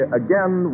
again